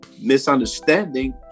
misunderstanding